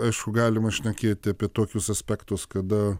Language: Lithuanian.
aišku galima šnekėti apie tokius aspektus kada